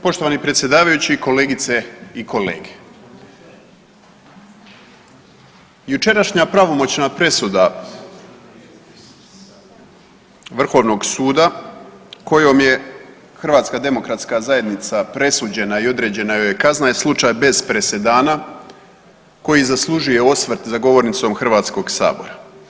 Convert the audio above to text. Poštovani predsjedavajući, kolegice i kolege, jučerašnja pravomoćna presuda Vrhovnog suda kojom je HDZ presuđena i određena joj je kazna je slučaj bez presedana koji zaslužuje osvrt za govornicom Hrvatskog sabora.